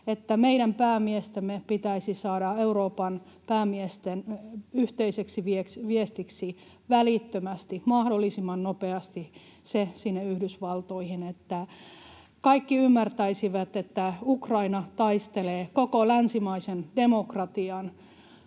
että meidän päämiestemme pitäisi saada Euroopan päämiesten yhteiseksi viestiksi välittömästi tai mahdollisimman nopeasti sinne Yhdysvaltoihin se, että kaikki ymmärtäisivät, että Ukraina taistelee koko länsimaisen demokratian,